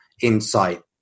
insight